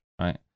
Right